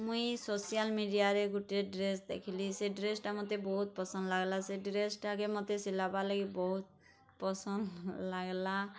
ମୁଇଁ ସୋସିଆଲ୍ ମିଡ଼ିଆରେ ଗୁଟେ ଡ୍ରେସ୍ ଦେଖିଲି ସେ ଡ୍ରେସ୍ଟା ମୋତେ ବହୁତ ପସନ୍ଦ ଲାଗ୍ଲା ସେ ଡ୍ରେସ୍ଟା ମୋତେ ସିଲାବା ଲାଗି ବହୁତ ପସନ୍ଦ ଲାଗ୍ଲା